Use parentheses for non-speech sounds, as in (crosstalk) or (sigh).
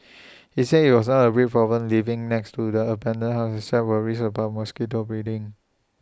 (noise) he said IT was not A big problem living next to the abandoned house except worries about mosquito breeding